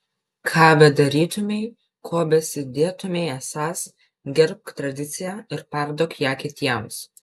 ką bedarytumei kuo besidėtumei esąs gerbk tradiciją ir perduok ją kitiems